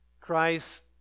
Christ